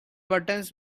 buttons